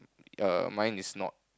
err mine is not